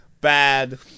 bad